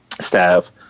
staff